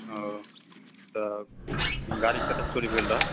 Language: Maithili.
तऽ गाड़ी कतऽसँ चोरी भेल रहऽ